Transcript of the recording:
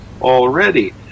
already